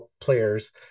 players